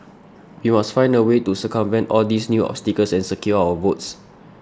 we must find a way to circumvent all these new obstacles and secure our votes